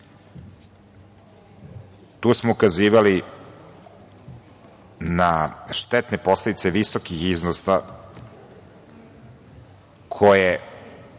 Tu smo ukazivali na štetne posledice visokih iznosa koji